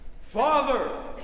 father